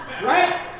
Right